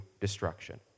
destruction